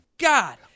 God